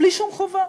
בלי שום חובה.